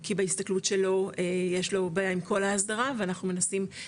כי בהסתכלות שלו יש לו בעיה עם כל ההסדרה ואנחנו מנסים,